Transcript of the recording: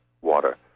water